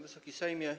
Wysoki Sejmie!